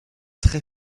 très